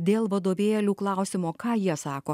dėl vadovėlių klausimo ką jie sako